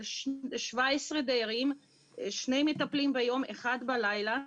על 17 דיירים יש שני מטפלים ביום ואחד בלילה.